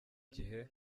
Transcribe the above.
gihe